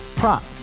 prop